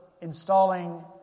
installing